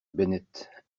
bennett